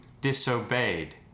disobeyed